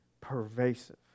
pervasive